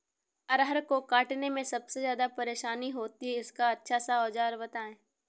अरहर को काटने में सबसे ज्यादा परेशानी होती है इसका अच्छा सा औजार बताएं?